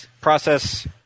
process